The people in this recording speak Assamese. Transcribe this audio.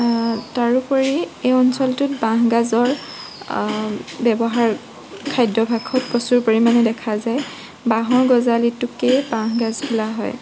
তাৰোপৰি এই অঞ্চলটোত বাঁহগাজৰ ব্যৱহাৰ খাদ্যভাসত প্ৰচুৰ পৰিমাণে দেখা যায় বাঁহৰ গজালিটোকে বাঁহগাজ বোলা হয়